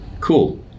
cool